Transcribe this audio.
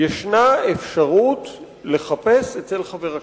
ישנה אפשרות לחפש אצל חבר הכנסת.